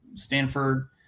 Stanford